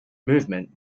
movement